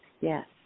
Yes